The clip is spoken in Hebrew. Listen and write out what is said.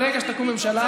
ברגע שתקום ממשלה,